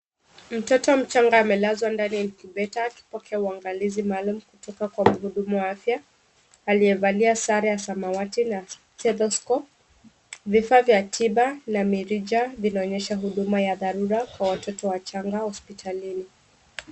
Mtoto mchanga amelazwa ndani ya incubator akipokea uangalizi maalum kutoka kwa mhudumu wa afya aliyevalia sare ya samawati na stethoscope . Vifaa vya tiba na mirija vinaonyesha huduma ya dharura kwa watoto wachanga hospitalini.